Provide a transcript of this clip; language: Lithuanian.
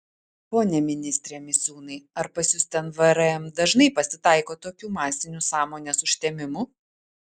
pone ministre misiūnai ar pas jus ten vrm dažnai pasitaiko tokių masinių sąmonės užtemimų